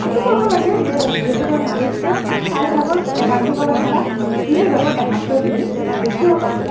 এইটো কৰিব লাগে যে যিহেতু তেওঁ মালিক তেওঁক চাৰি ভাগৰ এভাগ দিব লাগে বা তিনি ভাগৰ এভাগ তেওঁক দি বেছি শতাংশ